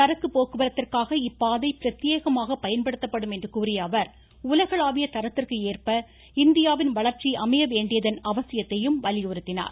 சரக்கு போக்குவரத்திற்காக இப்பாதை பிரத்யேகமாக பயன்படுத்தப்படும் என்று கூறிய அவர் உலகளாவிய தரத்திற்கு ஏற்ப இந்தியாவின் வளர்ச்சி அமைய வேண்டியதன் அவசியத்தையும் வலியுறுத்தினார்